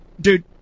dude